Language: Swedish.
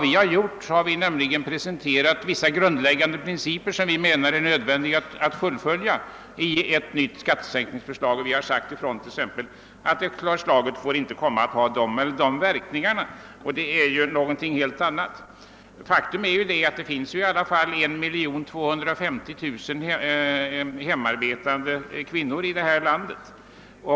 Däremot har vi angivit vissa grundläggande principer som vi anser nödvändiga att fullfölja i ett nytt skattesänkningsförslag så att detta inte får de eller de verkningarna. Detta är någonting helt annat. Faktum är att det finns 1250 000 hemarbetande kvinnor här i landet.